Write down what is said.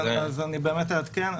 אעדכן.